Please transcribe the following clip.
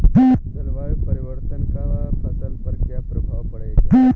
जलवायु परिवर्तन का फसल पर क्या प्रभाव पड़ेगा?